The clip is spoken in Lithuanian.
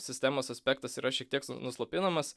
sistemos aspektas yra šiek tiek nuslopinamas